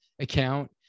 account